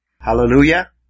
Hallelujah